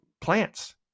plants